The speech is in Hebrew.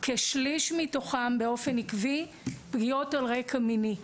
כשליש מתוכם באופן עקבי פגיעות על רקע מיני.